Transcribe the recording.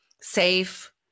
safe